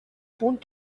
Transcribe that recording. punt